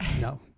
No